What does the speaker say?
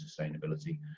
sustainability